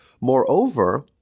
Moreover